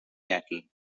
cattle